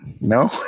No